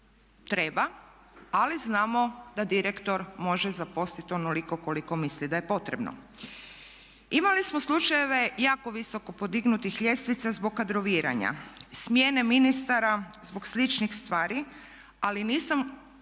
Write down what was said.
treba ali znamo da direktor može zaposliti onoliko koliko misli da je potrebno. Imali smo slučajeve jako visoko podignutih ljestvica zbog kadroviranja, smjene ministara zbog sličnih stvari, ali nisam